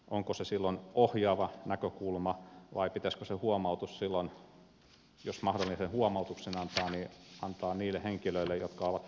onko se silloin ohjaava näkökulma vai pitäisikö se huomautus silloin jos mahdollisen huomautuksen antaa antaa niille henkilöille jotka ovat tästä vastuussa